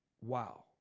wow